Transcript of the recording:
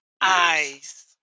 eyes